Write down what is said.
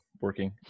working